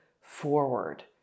forward